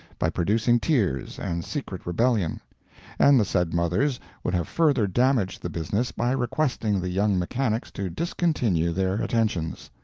by producing tears and secret rebellion and the said mothers would have further damaged the business by requesting the young mechanics to discontinue their attentions.